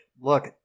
look